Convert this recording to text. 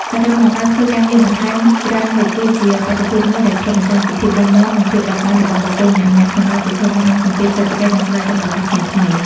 សរុបមកការធ្វើការងារបន្ថែមច្រើនមុខ គឺជាបាតុភូតមួយដែលឆ្លុះបញ្ចាំងពីភាពរឹងមាំ និងភាពបត់បែនរបស់បុគ្គលម្នាក់ៗក្នុងការប្រឈមមុខនឹងសម្ពាធសេដ្ឋកិច្ច និងស្វែងរកឱកាសថ្មីៗ។